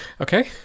Okay